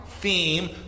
theme